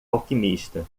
alquimista